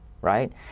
right